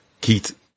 Keith